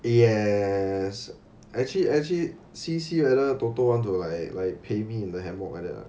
yes actually actually see see whether toto want to like like 陪 me in the hammock like that